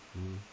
mm